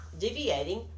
deviating